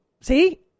See